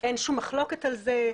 אין שום מחלוקת על זה,